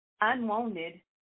Unwanted